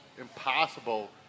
impossible